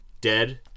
dead